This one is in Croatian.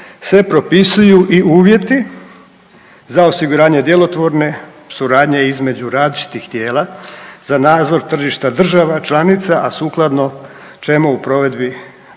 se propisuju i uvjeti za osiguranje djelotvorne suradnje između različitih tijela za nadzor tržišta država članica, a sukladno ćemo u provedbi prekogranične